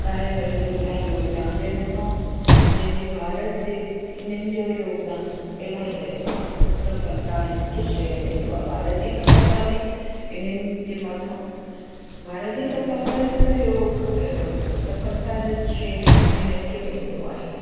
कार्यवली जो इलाही योगदान ॾिनो अथऊं जंहिंजें भारत जे इन्हनि जो योगदान इलाही रहियो आहे सफ़लता इन के श्रेय वेंदो आहे भारत जी सफ़लता में इन्हनि जे मथां भारत जी सफ़लता जो योग सफ़लता जो श्रेय इन्हनि खे वेंदो आहे